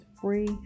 free